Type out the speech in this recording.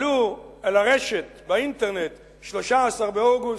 הן הועלו לרשת, באינטרנט, 13 באוגוסט,